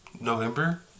November